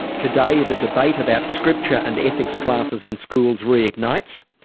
today the debate about scripture and ethics classes in schools reignites.